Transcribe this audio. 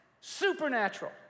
supernatural